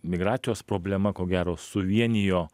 migracijos problema ko gero suvienijo